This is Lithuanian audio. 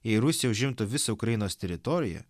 jei rusija užimtų visą ukrainos teritoriją